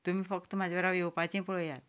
तुमी फकत म्हज्या बरोबर येवपाचें पळयात